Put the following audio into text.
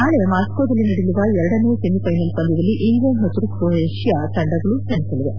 ನಾಳೆ ಮಾಸ್ಕೊದಲ್ಲಿ ನಡೆಯಲಿರುವ ಎರಡನೇ ಸೆಮಿಫೈನಲ್ ಪಂದ್ಲದಲ್ಲಿ ಇಂಗ್ಲೆಂಡ್ ಮತ್ತು ಕೊಯೆಷ್ಲಾ ತಂಡಗಳು ಸೆಣಸಲಿವೆ